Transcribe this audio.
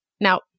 Now